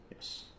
Yes